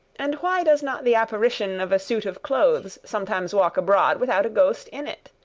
and why does not the apparition of a suit of clothes sometimes walk abroad without a ghost in it?